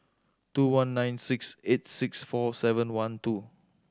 two one nine six eight six four seven one two